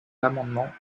l’amendement